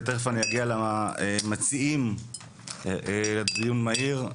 ותיכף אני אגיע למציעים לדיון המהיר,